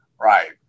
right